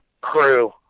crew